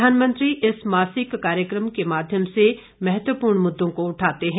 प्रधानमंत्री इस मासिक कार्यक्रम के माध्यम से महत्वपूर्ण मुद्दों को उठाते हैं